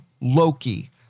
Loki